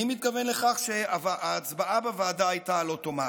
אני מתכוון לכך שההצבעה בוועדה הייתה על אוטומט.